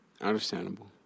Understandable